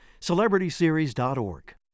Celebrityseries.org